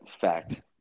Fact